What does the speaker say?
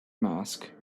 mask